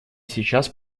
сейчас